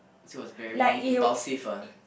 it was very impulsive ah